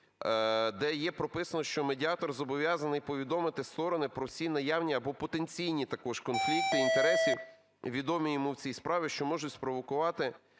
де є прописано, що "медіатор зобов'язаний повідомити сторони про всі наявні або потенційні також конфлікти інтересів, відомі йому в цій справі, що можуть спровокувати